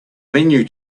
menu